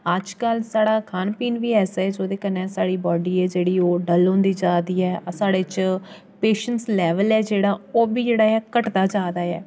अज्जकल साढ़ा खान पीन बी ऐसा ऐ अस ओह्दे कन्नै साढ़ी बॉडी जेह्ड़ी ऐ ओह् डल होंदी जा दी ऐ साढ़े च पेशेंस लेवल ऐ जेह्ड़ा ओह्बी जेह्ड़ा ऐ घटदा जा दा ऐ